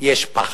יש פחד".